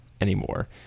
anymore